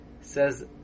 says